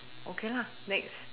okay lah next